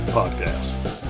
podcast